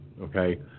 okay